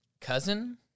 cousin